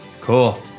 Cool